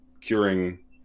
curing